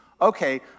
Okay